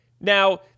Now